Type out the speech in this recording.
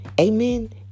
Amen